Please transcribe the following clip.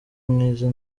umwiza